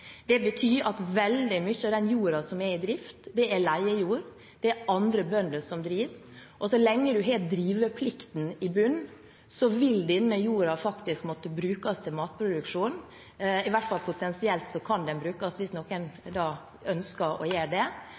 Det betyr at veldig mye av den jorden som er i drift, er leiejord – det er andre bønder som driver. Og så lenge en har driveplikten i bunnen, vil denne jorden faktisk måtte brukes til matproduksjon – i hvert fall kan den potensielt brukes til det, hvis noen ønsker å gjøre det,